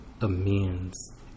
amends